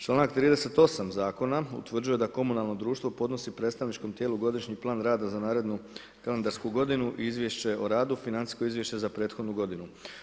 Članak 38. zakona, utvrđuje da komunalno društvo, podnosi predstavničkom tijelu godišnji plan rada za narednu kalendarsku godinu i izvješće o radu, financijsko izvješće za prethodnu godinu.